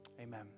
Amen